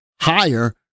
higher